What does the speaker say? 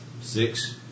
Six